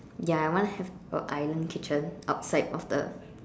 ya I want to have a island kitchen outside of the